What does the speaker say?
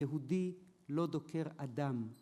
יהודי לא דוקר אדם.